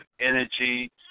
energy